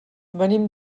venim